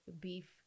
beef